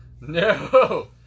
No